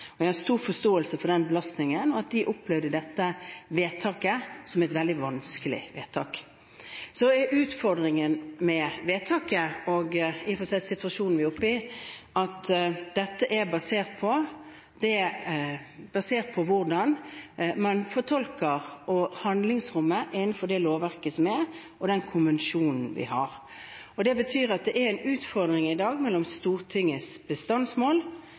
Jeg har stor forståelse for den belastningen og for at de opplevde dette vedtaket som veldig vanskelig. Utfordringen med vedtaket og i og for seg situasjonen vi er oppe i, er at dette er basert på hvordan man fortolker handlingsrommet innenfor det lovverket som er, og den konvensjonen vi har. Det betyr at det er en utfordring i dag mellom Stortingets bestandsmål,